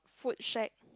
fruit shack